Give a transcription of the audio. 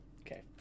Okay